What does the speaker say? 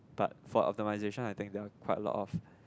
but for optimisation I think there are quite a lot of